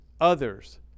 others